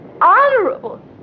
Honorable